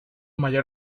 mayor